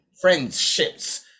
friendships